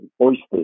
oysters